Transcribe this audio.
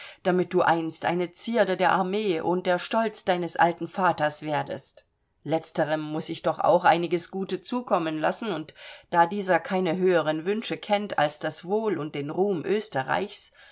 damit du einst eine zierde der armee und der stolz deines alten vaters werdest letzterem muß ich doch auch einiges gute zukommen lassen und da dieser keine höheren wünsche kennt als das wohl und den ruhm österreichs